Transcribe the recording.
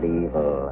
evil